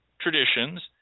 traditions